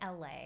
la